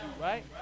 right